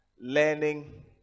learning